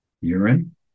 urine